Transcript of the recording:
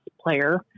player